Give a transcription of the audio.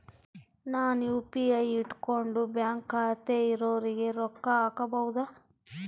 ನಾನು ಯು.ಪಿ.ಐ ಇಟ್ಕೊಂಡು ಬ್ಯಾಂಕ್ ಖಾತೆ ಇರೊರಿಗೆ ರೊಕ್ಕ ಹಾಕಬಹುದಾ?